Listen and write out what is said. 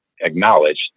acknowledged